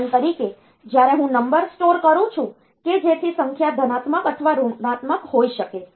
ઉદાહરણ તરીકે જ્યારે હું નંબર સ્ટોર કરું છું કે જેથી સંખ્યા ધનાત્મક અથવા ઋણાત્મક હોઈ શકે